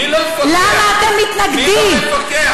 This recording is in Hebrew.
למה אתם מתנגדים?